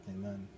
Amen